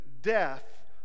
death